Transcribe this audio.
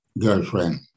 girlfriend